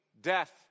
death